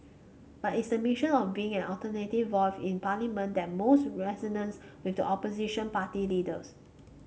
but it's the mission of being an alternative voice in Parliament that most resonates with the opposition party leaders